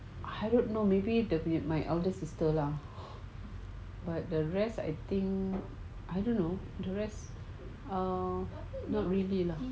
I don't know maybe the my elder sister lah but the rest I think I don't know the rest are not really lah